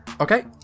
Okay